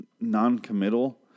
non-committal